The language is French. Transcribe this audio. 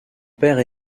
père